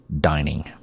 dining